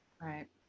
right